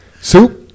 Soup